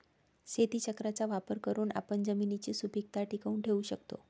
शेतीचक्राचा वापर करून आपण जमिनीची सुपीकता टिकवून ठेवू शकतो